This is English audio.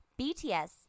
bts